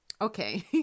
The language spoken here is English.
Okay